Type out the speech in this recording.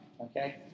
okay